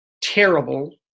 terrible